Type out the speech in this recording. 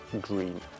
Green